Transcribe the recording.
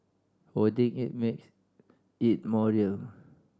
holding it makes it more real